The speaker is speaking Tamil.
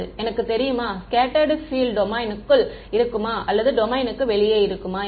எனக்கு தெரியுமா ஸ்கெட்ட்டர்டு பீல்ட் டொமைனுக்குள் இருக்குமா அல்லது டொமைனுக்கு வெளியே இருக்குமா என்று